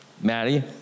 Maddie